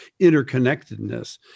interconnectedness